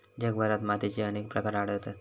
जगभरात मातीचे अनेक प्रकार आढळतत